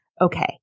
Okay